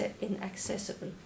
inaccessible